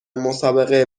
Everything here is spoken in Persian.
مسابقه